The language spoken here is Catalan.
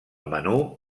menú